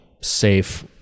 safe